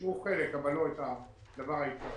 אישרו חלק, אבל לא את הדבר העיקרי,